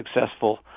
successful